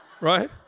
Right